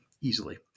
easily